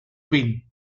win